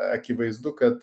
akivaizdu kad